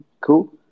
Cool